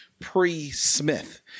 pre-Smith